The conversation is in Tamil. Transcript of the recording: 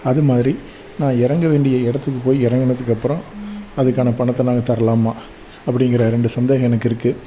அதுமாதிரி நான் இறங்க வேண்டிய இடத்துக்கு போய் இறங்குனதுக்கு அப்புறம் அதுக்கான பணத்தை நாங்கள் தரலாமா அப்படிங்கிற ரெண்டு சந்தேகம் எனக்கு இருக்குது